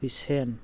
ꯍꯨꯏꯁꯦꯟ